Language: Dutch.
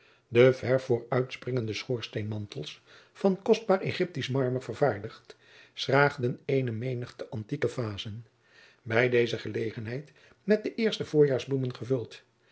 de vervooruitspringende schoorsteenmantels van kostbaar egyptisch marmer vervaardigd schraagden eene menigte antieke vazen bij deze gelegenheid met de eerste voorjaarsbloemen gevuld